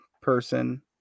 person